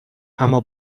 اما